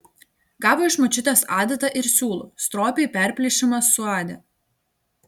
gavo iš močiutės adatą ir siūlų stropiai perplyšimą suadė